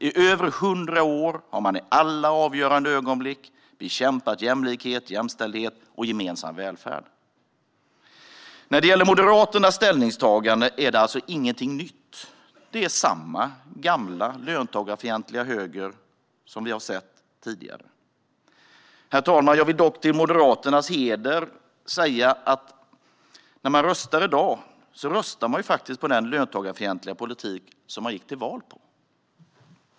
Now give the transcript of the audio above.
I över hundra år har man i alla avgörande ögonblick bekämpat jämlikhet, jämställdhet och gemensam välfärd. När det gäller Moderaternas ställningstagande är alltså ingenting nytt. Det är samma gamla löntagarfientliga höger som vi har sett tidigare. Men, herr talman, jag vill till Moderaternas heder säga att när partiets medlemmar röstar i dag röstar de faktiskt på den löntagarfientliga politik de gick till val på.